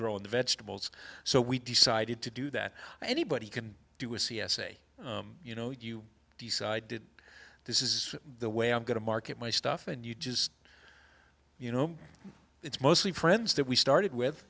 grown vegetables so we decided to do that anybody can do a c s a you know you decided this is the way i'm going to market my stuff and you just you know it's mostly friends that we started with